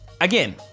again